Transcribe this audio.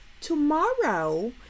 tomorrow